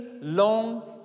long